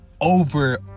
over